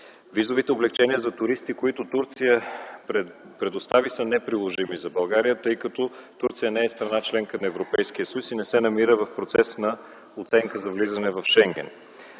Визовите облекчения за туристи, които Турция предостави, са неприложими за България, тъй като Турция не е страна – членка на Европейския съюз, и не се намира в процес на оценка за влизане в Шенген.